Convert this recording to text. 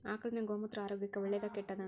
ಆಕಳಿನ ಗೋಮೂತ್ರ ಆರೋಗ್ಯಕ್ಕ ಒಳ್ಳೆದಾ ಕೆಟ್ಟದಾ?